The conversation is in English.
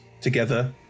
together